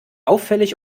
auffällig